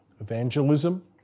Evangelism